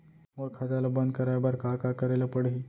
मोर खाता ल बन्द कराये बर का का करे ल पड़ही?